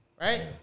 Right